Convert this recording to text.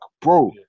bro